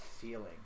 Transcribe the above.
feeling